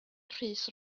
rhys